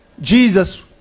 Jesus